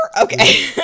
Okay